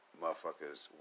motherfuckers